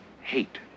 hate